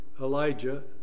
Elijah